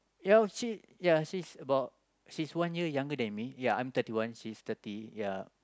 ya she ya she's about she's one year younger than me ya I'm thirty one she's thirty ya